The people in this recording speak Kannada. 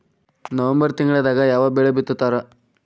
ನವೆಂಬರ್ ತಿಂಗಳದಾಗ ಯಾವ ಬೆಳಿ ಬಿತ್ತತಾರ?